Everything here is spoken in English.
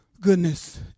goodness